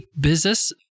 business